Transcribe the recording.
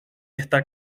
está